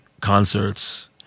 concerts